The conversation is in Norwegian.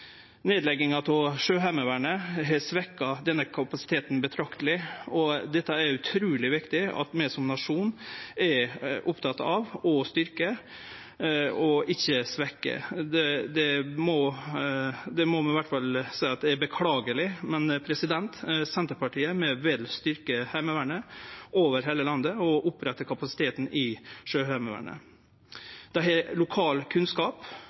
Nedlegginga av Sjøheimevernet har svekt denne kapasiteten betrakteleg, og dette er det utruleg viktig at vi som nasjon er opptekne av å styrkje, ikkje svekkje. Det må vi iallfall seie er beklageleg. Senterpartiet vil styrkje Heimevernet over heile landet og reopprette kapasiteten i Sjøheimevernet. Dei har lokal kunnskap,